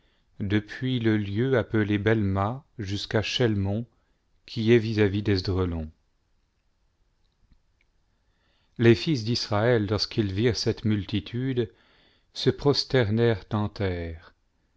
depuis le lieu appelé belma jusqu'à chelmon qui est vis-à-vis de les fils d'israël lorsqu'ils virent cette multitude se prosternèrent en terre